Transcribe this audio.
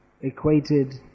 equated